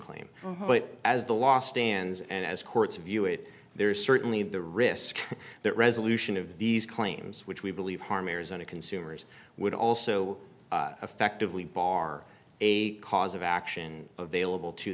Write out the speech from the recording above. claim but as the last chance and as courts view it there is certainly the risk that resolution of these claims which we believe harm arizona consumers would also effectively bar a cause of action available to